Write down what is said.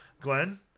Glenn